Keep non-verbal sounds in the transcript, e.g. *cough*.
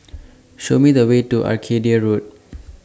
*noise* Show Me The Way to Arcadia Road